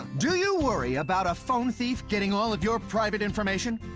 do you worry about a phone thief getting all of your private information?